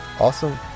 awesome